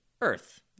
Earth